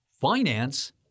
finance